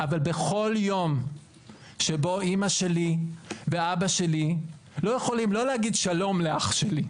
אבל בכול יום שבו אימא שלי ואבא שלי לא יכולים להגיד שלום לאח שלי,